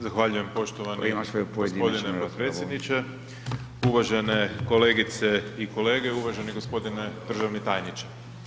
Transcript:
Zahvaljujem poštovani g. potpredsjedniče, uvažene kolegice i kolege, uvaženi g. državni tajniče.